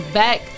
back